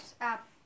app